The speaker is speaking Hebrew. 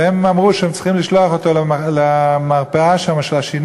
והם אמרו שהם צריכים לשלוח אותו למרפאת השיניים,